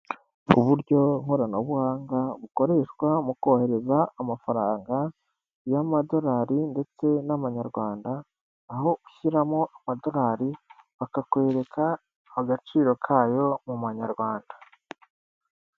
Uburyo nkoranabuhanga, bukoreshwa mu kohereza amafaranga y'Amadorari, ndetse n'Amanyarwanda. Aho ushyiramo amadorari bakakwereka agaciro kayo mu manyarwanda.